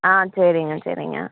ஆ சரிங்க சரிங்க